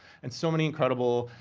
and so many incredible.